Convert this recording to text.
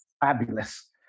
fabulous